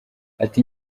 ati